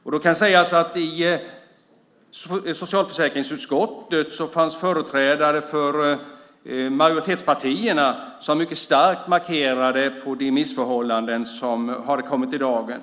Det kan sägas att det i socialförsäkringsutskottet fanns företrädare för majoritetspartierna som mycket starkt markerade de missförhållanden som har kommit i dagen.